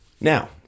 Now